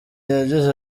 yagize